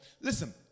listen